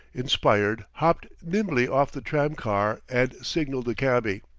inspired, hopped nimbly off the tram-car and signaled the cabby.